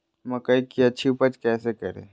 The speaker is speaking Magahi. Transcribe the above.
मकई की अच्छी उपज कैसे करे?